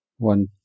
One